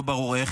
לא ברור איך,